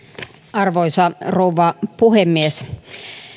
arvoisa rouva puhemies